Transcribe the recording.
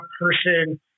person